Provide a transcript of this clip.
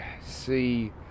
see